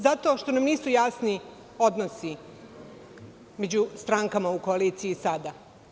Zato što nam nisu jasni odnosi među strankama u koaliciji sada.